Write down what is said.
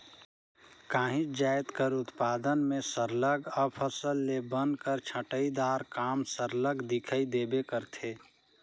काहींच जाएत कर उत्पादन में सरलग अफसल ले बन कर छंटई दार काम सरलग दिखई देबे करथे